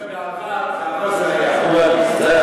בעבר זה היה.